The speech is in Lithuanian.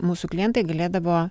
mūsų klientai galėdavo